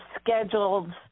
scheduled